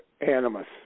animus